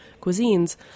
cuisines